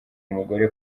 umugore